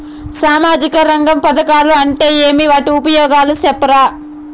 సామాజిక రంగ పథకాలు అంటే ఏమి? వాటి ఉపయోగాలు సెప్తారా?